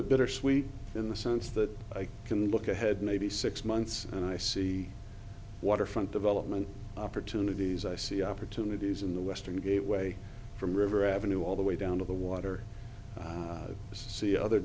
bit bittersweet in the sense that i can look ahead maybe six months and i see waterfront development opportunities i see opportunities in the western gateway from river avenue all the way down to the water see other